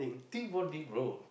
team bonding bro